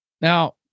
Now